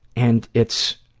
and it's,